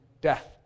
death